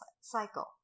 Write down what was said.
cycle